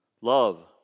Love